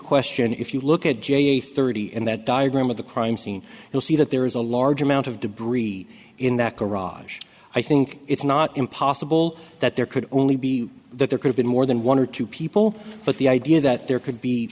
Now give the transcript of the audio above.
question if you look at j a thirty in that diagram of the crime scene you'll see that there is a large amount of debris in that garage i think it's not impossible that there could only be that there could have been more than one or two people but the idea that there could be